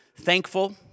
thankful